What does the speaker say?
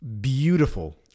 beautiful